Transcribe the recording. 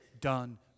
done